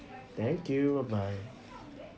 thank you bye bye